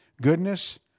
goodness